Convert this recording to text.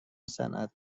صنعت